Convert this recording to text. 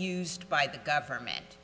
used by the government